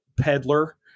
peddler